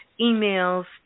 emails